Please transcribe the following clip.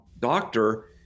doctor